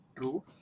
true